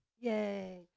yay